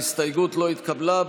ההסתייגות לא התקבלה.